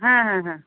হ্যাঁ হ্যাঁ হ্যাঁ